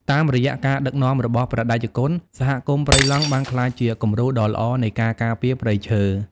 តាមរយៈការដឹកនាំរបស់ព្រះតេជគុណ សហគមន៍ព្រៃឡង់បានក្លាយជាគំរូដ៏ល្អនៃការការពារព្រៃឈើ។